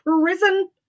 prison